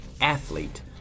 athlete